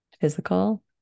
physical